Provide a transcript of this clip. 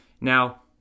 Now